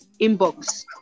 inbox